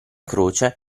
croce